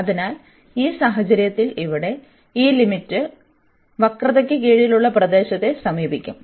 അതിനാൽ ഈ സാഹചര്യത്തിൽ ഇവിടെ ഈ ലിമിറ്റ് വളവിന് കീഴിലുള്ള പ്രദേശത്തെ സമീപിക്കും